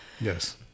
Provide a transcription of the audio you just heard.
Yes